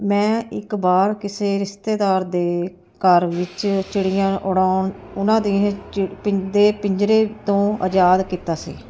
ਮੈਂ ਇੱਕ ਵਾਰ ਕਿਸੇ ਰਿਸ਼ਤੇਦਾਰ ਦੇ ਘਰ ਵਿੱਚ ਚਿੜੀਆਂ ਉੜਾਉਣ ਉਹਨਾਂ ਦੇ ਚ ਪਿੰ ਦੇ ਪਿੰਜਰੇ ਤੋਂ ਆਜ਼ਾਦ ਕੀਤਾ ਸੀ